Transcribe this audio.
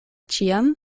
ĉiam